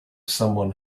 someone